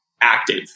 active